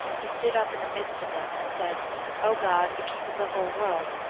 he stood up in the midst of them, and said o god, the king of the whole world!